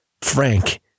Frank